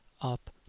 up